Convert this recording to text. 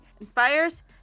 inspires